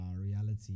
reality